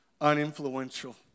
uninfluential